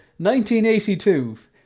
1982